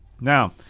Now